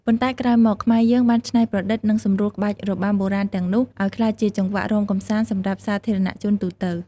ប៉ុន្តែក្រោយមក ខ្មែរយើងបានច្នៃប្រឌិត និងសម្រួលក្បាច់របាំបុរាណទាំងនោះ ឲ្យក្លាយជាចង្វាក់រាំកម្សាន្តសម្រាប់សាធារណជនទូទៅ។